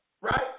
right